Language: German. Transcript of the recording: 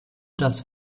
das